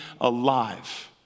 alive